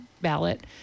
ballot